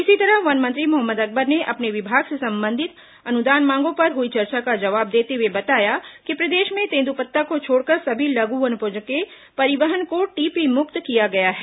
इसी तरह वन मंत्री मोहम्मद अकबर ने अपने विभाग से संबंधित अनुदान मांगों पर हुई चर्चा का जवाब देते हुए बताया कि प्रदेश में तेंद्रपत्ता को छोड़कर सभी लघु वनोपजों के परिवहन को टीपी मुक्त किया गया है